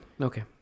okay